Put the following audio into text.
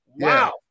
Wow